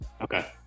Okay